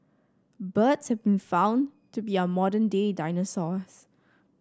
birds have been found to be our modern day dinosaurs